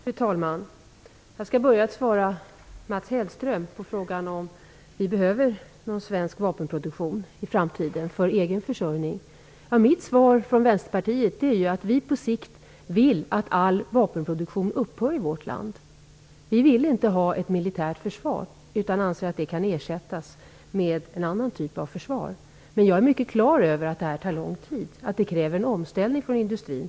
Fru talman! Jag skall börja med att svara på Mats Hellströms fråga om Sverige behöver någon svensk vapenproduktion i framtiden för egen försörjning. Mitt svar är att vi i Vänsterpartiet vill att all vapenproduktion upphör i vårt land på sikt. Vi vill inte ha ett militärt försvar utan anser att det kan ersättas med en annan typ av försvar. Men jag är klar över att det här tar tid och att det kräver en omställning från industrin.